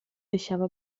deixava